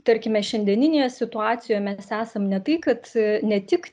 tarkime šiandieninėje situacijoje mes esam ne tai kad ne tik